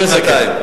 בואי נסכם.